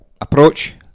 Approach